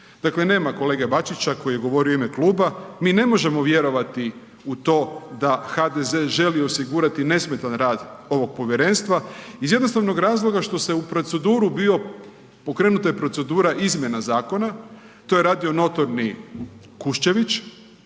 Dakle, nema kolege Bačića koji je govorio u ime kluba. Mi ne možemo vjerovati u to da HDZ želi osigurati nesmetan rad ovog povjerenstva iz jednostavnog razloga što se u proceduru bio, pokrenuta je procedura izmjena zakona, to je radio notorni Kuščević